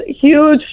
huge